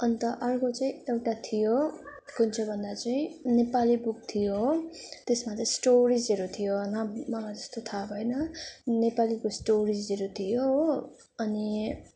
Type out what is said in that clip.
अन्त अर्को चाहिँ एउटा थियो कुन चाहिँ भन्दा चाहिँ नेपाली बुक थियो त्यसमा चाहिँ स्टोरिजहरू थियो मलाई त्यस्तो थाहा भएन नेपालीको स्टोरिजहरू थियो हो अनि